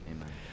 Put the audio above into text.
Amen